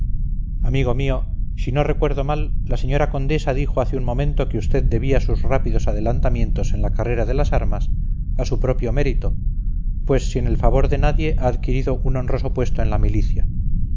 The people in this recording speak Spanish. amigo mío si no recuerdo mal la señora condesa dijo hace un momento que usted debía sus rápidos adelantamientos en la carrera de las armas a su propio mérito pues sin el favor de nadie ha adquirido un honroso puesto en la milicia